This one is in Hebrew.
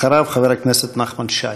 אחריו, חבר הכנסת נחמן שי.